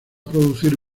producir